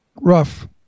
rough